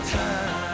time